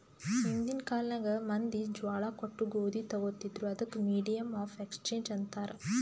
ಹಿಂದಿನ್ ಕಾಲ್ನಾಗ್ ಮಂದಿ ಜ್ವಾಳಾ ಕೊಟ್ಟು ಗೋದಿ ತೊಗೋತಿದ್ರು, ಅದಕ್ ಮೀಡಿಯಮ್ ಆಫ್ ಎಕ್ಸ್ಚೇಂಜ್ ಅಂತಾರ್